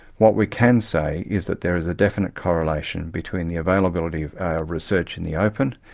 what we can say is that there is a definite correlation between the availability of our research in the open,